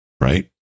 right